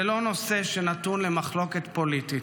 זה לא נושא שנתון למחלוקת פוליטית,